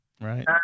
right